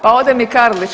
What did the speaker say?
Pa ode mi Karlić.